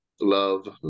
Love